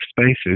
spaces